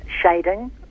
shading